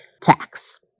tax